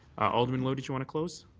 alderman lowe, did you want to close?